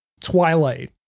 Twilight